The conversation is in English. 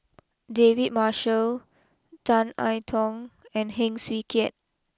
David Marshall Tan I Tong and Heng Swee Keat